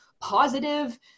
positive